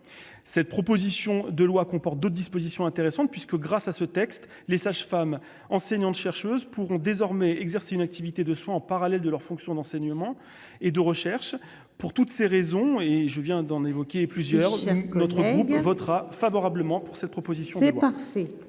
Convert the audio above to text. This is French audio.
cette proposition de loi comporte d'autres dispositions intéressantes puisque grâce à ce texte, les sages-femmes, enseignante chercheuse pourront désormais exercer une activité de soins en parallèle de leur fonction d'enseignement et de recherche pour toutes ces raisons et je viens d'en évoquer plusieurs notre groupe votera favorablement pour cette proposition.